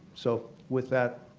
so with that,